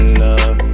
love